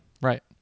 right